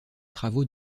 travaux